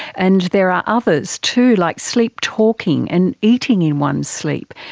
and there are others too, like sleep-talking and eating in one's sleep.